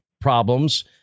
problems